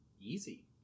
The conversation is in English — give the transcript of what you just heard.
easy